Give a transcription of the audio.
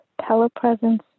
telepresence